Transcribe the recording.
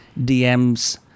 DMs